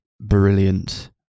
brilliant